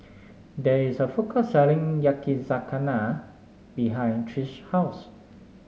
there is a food court selling Yakizakana behind Trish's house